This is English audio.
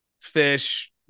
fish